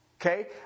Okay